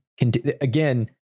Again